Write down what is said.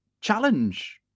challenge